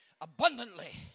abundantly